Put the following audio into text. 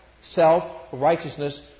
Self-righteousness